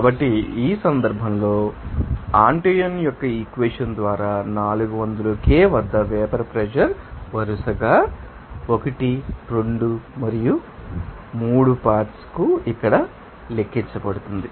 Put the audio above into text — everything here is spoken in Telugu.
కాబట్టి ఈ సందర్భంలో ఆంటోయిన్ యొక్క ఈక్వెషన్ ద్వారా 400 k వద్ద వేపర్ ప్రెషర్ వరుసగా 1 2 మరియు 3 పార్ట్శ్ కు ఇక్కడ లెక్కించబడుతుంది